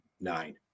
nine